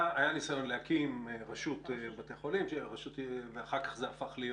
היה ניסיון להקים רשות בתי חולים ואחר כך זה הפך להיות